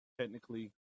technically